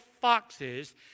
foxes